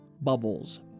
bubbles